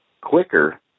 quicker